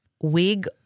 Wig